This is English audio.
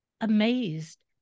amazed